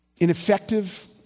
ineffective